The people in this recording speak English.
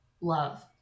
love